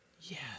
Yes